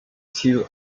still